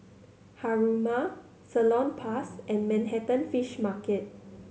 Haruma Salonpas and Manhattan Fish Market